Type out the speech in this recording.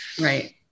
Right